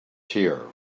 here